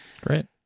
Great